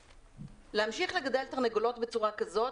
להמשיך לגדל תרנגולות בצורה כזאת,